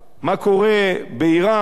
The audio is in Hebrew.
מה קורה באירן,